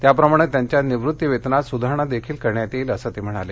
त्याप्रमाणे त्यांच्या निवृत्तीवेतनात सुधारणा करण्यात येईल असंही ते म्हणाले